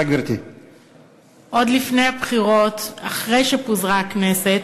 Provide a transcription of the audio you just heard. עוד לפני הבחירות, אחרי שפוזרה הכנסת,